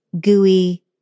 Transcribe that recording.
gooey